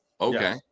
Okay